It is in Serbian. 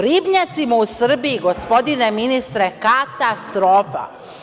Ribnjaci u Srbiji su, gospodine ministre, katastrofa.